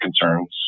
concerns